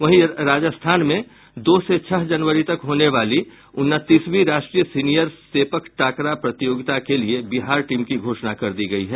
वहीं राजस्थान में दो से छह जनवरी तक होने वाली उनतीसवीं राष्ट्रीय सीनियर सेपक टाकरा प्रतियोगिता के लिये बिहार टीम की घोषणा कर दी गयी है